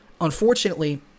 Unfortunately